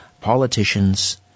politicians